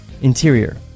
Interior